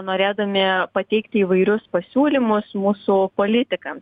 norėdami pateikti įvairius pasiūlymus mūsų politikam